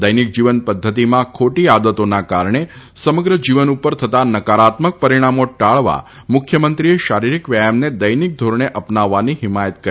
દૈનિક જીવન પદ્ધતિમાં ખોટી આદતોના કારણે સમગ્ર જીવન ઉપર થતા નકારાત્મક પરિણામો ટાળવા મુખ્યમંત્રીએ શારીરિક વ્યાયમને દૈનિક ધોરણે અપનાવવાની હિમાયત કરી